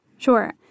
Sure